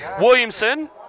Williamson